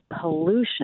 pollution